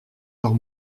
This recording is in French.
leurs